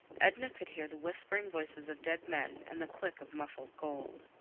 edna could hear the whispering voices of dead men and the click of muffled gold.